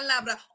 palabra